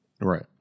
Right